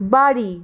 বাড়ি